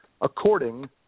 according